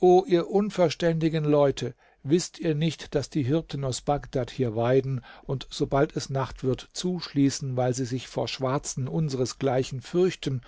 o ihr unverständigen leute wißt ihr nicht daß die hirten aus bagdad hier weiden und sobald es nacht wird zuschließen weil sie sich vor schwarzen unseresgleichen fürchten